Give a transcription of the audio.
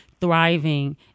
thriving